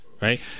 right